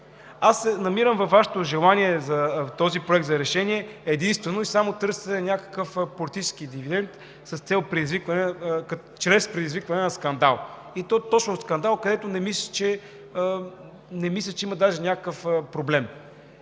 Намирам във Вашето желание с този Проект за решение единствено и само търсене на някакъв политически дивидент чрез предизвикване на скандал, и то точно скандал, където не мисля, че има някакъв проблем.